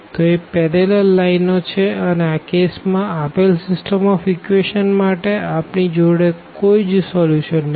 તો એ પેરેલલ લાઈનો છે અને આ કેસ માં આપેલ સીસ્ટમ ઓફ ઇકવેશંસ માટે આપણી જોડે કોઈ સોલ્યુશન નથી